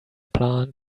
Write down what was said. plant